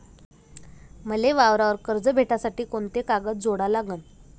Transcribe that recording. मले वावरावर कर्ज भेटासाठी कोंते कागद जोडा लागन?